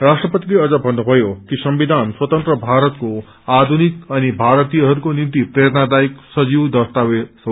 राष्ट्रपतिले अझ भन्नुम्जयो कि संविधान स्वतन्त्र भारतको आधुनिक अनि भारतीयहरूको निम्ति प्रेरणादायक संजीव अस्तावेज हो